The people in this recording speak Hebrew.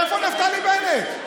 איפה נפתלי בנט?